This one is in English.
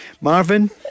Marvin